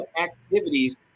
activities